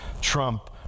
trump